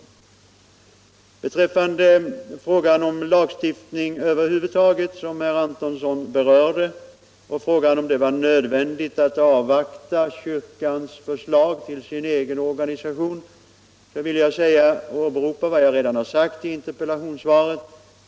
Vad beträffar lagstiftningen över huvud taget frågade herr Antonsson om det var nödvändigt att avvakta kyrkans förslag beträffande sin egen organisation. Jag vill hänvisa till vad jag härvidlag sagt i interpellationssvaret.